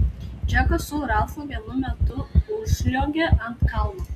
džekas su ralfu vienu metu užsliuogė ant kalno